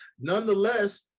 Nonetheless